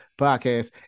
podcast